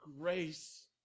grace